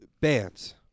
bands